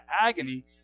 agony